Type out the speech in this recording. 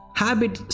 habit